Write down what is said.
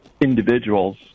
individuals